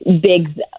big